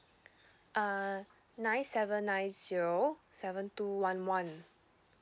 uh nine seven nine zero seven two one one